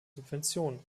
subventionen